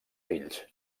fills